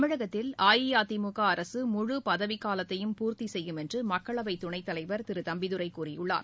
தமிழகத்தில் அஇஅதிமுக அரசு முழு பதவிக்காலத்தையும் பூர்த்தி செய்யும் என்று மக்களவை துணைத் தலைவர் திரு தம்பிதுரை கூறியுள்ளார்